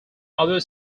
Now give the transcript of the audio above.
other